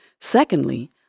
Secondly